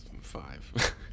five